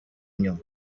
nyuma